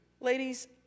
Ladies